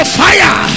fire